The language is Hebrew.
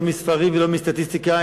לא מספרים ולא מסטטיסטיקה,